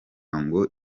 ngo